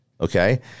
okay